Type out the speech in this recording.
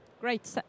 Great